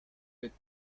with